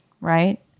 Right